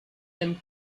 them